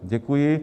Děkuji.